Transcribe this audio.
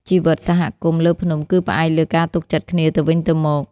ជីវិតសហគមន៍លើភ្នំគឺផ្អែកលើការទុកចិត្តគ្នាទៅវិញទៅមក។